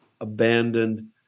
abandoned